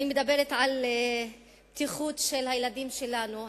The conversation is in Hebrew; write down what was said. ואני מדברת על הבטיחות של הילדים שלנו,